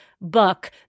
book